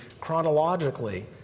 chronologically